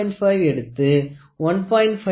500 எடுத்து 1